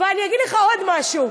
ואני אגיד לך עוד משהו,